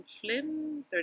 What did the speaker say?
Flynn